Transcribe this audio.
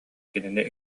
кинини